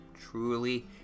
Truly